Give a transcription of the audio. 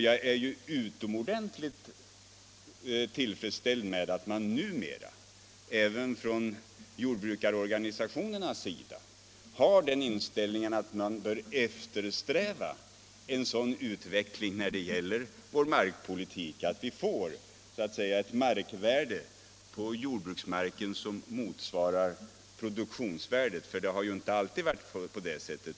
Jag är utomordentligt tillfredsställd med att numera även jordbrukarorganisationerna har den inställningen att vi bör eftersträva en sådan utveckling i fråga om vår markpolitik att vi får ett markvärde på jordbruksmarken som just motsvarar produktionsvärdet. Det har inte alltid varit på det sättet.